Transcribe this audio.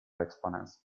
exponents